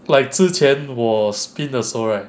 like 之前我 spin 的时候 right